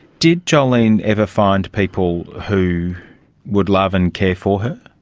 did jolene ever find people who would love and care for her?